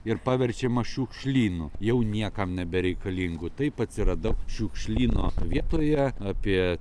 ir paverčiama šiukšlynu jau niekam nebereikalingu taip atsiradau šiukšlyno vietoje apie